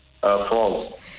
false